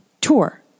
Tour